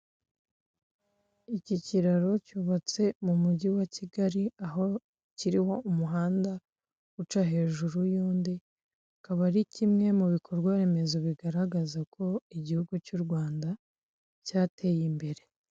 Iki kiraro cyubatse mu mujyi wa kigali aho kiriho umuhanda uca hejuru y'undi akaba ari kimwe mu bikorwa remezo bigaragaza ko igihugu cy'u rwanda cyateye imbere.